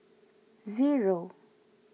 zero